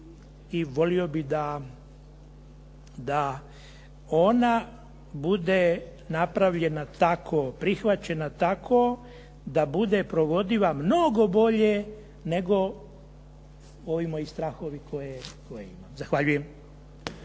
i volio bih da ona bude napravljena tako, prihvaćena tako da bude provodiva mnogo bolje nego ovi moji strahovi koje imam. Zahvaljujem.